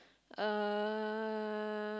uh